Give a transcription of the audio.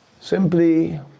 simply